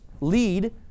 lead